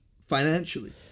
financially